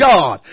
God